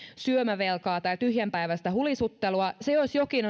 syömävelkaa tai tyhjänpäiväistä hulisuttelua se jos jokin